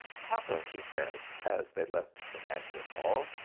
papa, she said, as they left the banquet-hall,